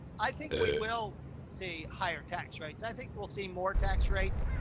i think we will see higher tax rates. i think we'll see more tax rates.